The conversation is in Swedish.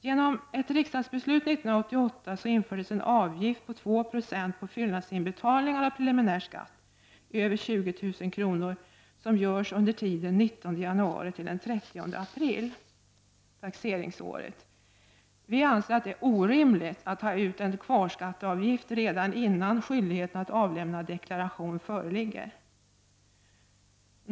Genom ett riksdagsbeslut 1988 infördes en avgift på 2 70 på fyllnadsinbetalningar av preliminär skatt över 20 000 kr. som görs under taxeringsåret under tiden 19 januari till den 30 april. Vi anser att det är orimligt att ta ut en kvarskatteavgift redan innan skyldighet att avlämna deklaration föreligger.